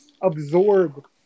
absorb